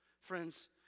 Friends